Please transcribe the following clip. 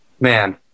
man